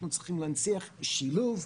אנחנו צריכים להנציח שילוב,